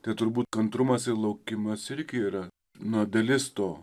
kad turbūt kantrumas laukimas irgi yra nu dalis to